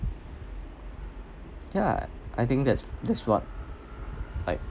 ya I think that's that's what